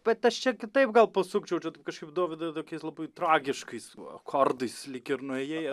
bet aš čia kitaip gal pasukčiau čia tu kažkaip dovydai tokiais labai tragiškais akordais lyg ir nuėjai